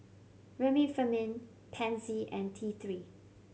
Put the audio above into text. Remifemin Pansy and T Three